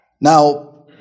Now